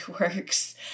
works